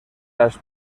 las